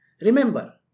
Remember